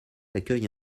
accueille